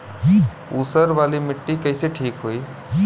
ऊसर वाली मिट्टी कईसे ठीक होई?